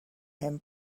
him